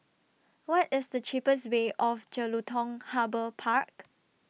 What IS The cheapest Way to Jelutung Harbour Park